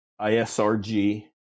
ISRG